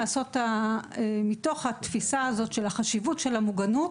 מתוך התפיסה של החשיבות של המוגנות,